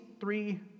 three